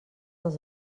als